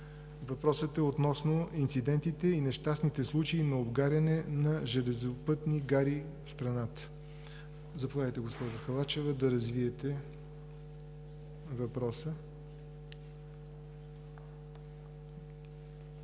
Христов и е относно инцидентите и нещастните случаи на обгаряне на железопътни гари в страната. Заповядайте, госпожо Халачева, да развиете въпроса.